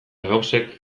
gauzek